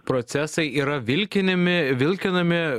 procesai yra vilkinimi vilkinami